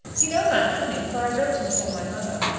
he knows i'm coming, for i wrote and told my mother.